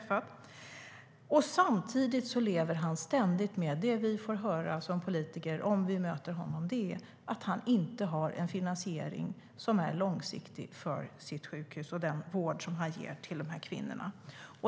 Samtidigt får vi som möter honom höra att han ständigt står utan långsiktig finansiering för sitt sjukhus och den vård han ger till kvinnor.